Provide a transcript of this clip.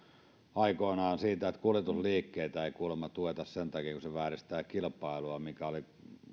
aikoinaan siitä että kuljetusliikkeitä ei kuulemma tueta sen takia kun se vääristää kilpailua mikä oli